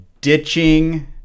ditching